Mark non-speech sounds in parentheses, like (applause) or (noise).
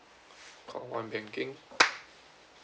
call one banking (noise)